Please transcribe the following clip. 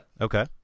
Okay